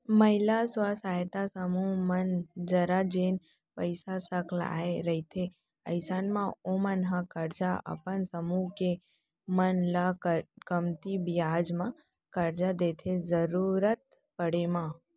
महिला स्व सहायता समूह मन करा जेन पइसा सकलाय रहिथे अइसन म ओमन ह करजा अपन समूह के मन ल कमती बियाज म करजा देथे जरुरत पड़े म